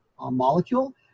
molecule